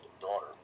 daughter